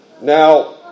Now